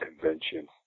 convention